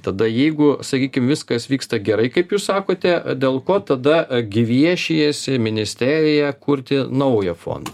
tada jeigu sakykim viskas vyksta gerai kaip jūs sakote dėl ko tada gviešijasi ministerija kurti naują fondą